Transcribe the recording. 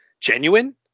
genuine